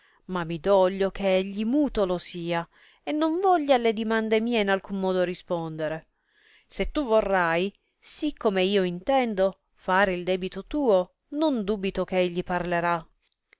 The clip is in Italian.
ma mi doglio che egli mutolo sia e non vogli alle dimande mie in modo alcuno rispondere se tu vorrai sì come io intendo fare il debito tuo non dubito che egli parlerà